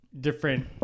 different